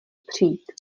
přijít